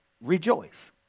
rejoice